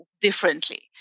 differently